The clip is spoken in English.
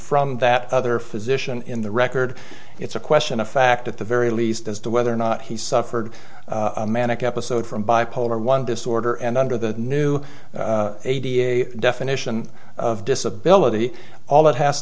from that other physician in the record it's a question of fact at the very least as to whether or not he suffered a manic episode from bipolar one disorder and under the new eighty eight definition of disability all that has